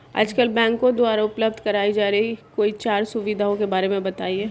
आजकल बैंकों द्वारा उपलब्ध कराई जा रही कोई चार सुविधाओं के बारे में बताइए?